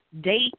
date